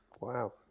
Wow